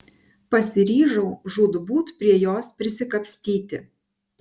pasiryžau žūtbūt prie jos prisikapstyti